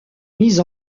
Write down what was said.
mise